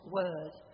word